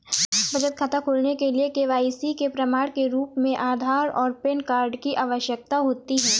बचत खाता खोलने के लिए के.वाई.सी के प्रमाण के रूप में आधार और पैन कार्ड की आवश्यकता होती है